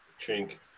chink